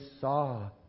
saw